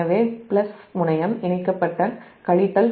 எனவே " முனையம் இணைக்கப்பட்ட கழித்தல்